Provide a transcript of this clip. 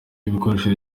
ibikoresho